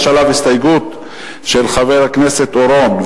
יש עליו הסתייגות של חבר הכנסת אורון,